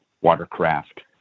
watercraft